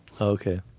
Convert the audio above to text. Okay